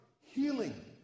healing